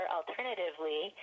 alternatively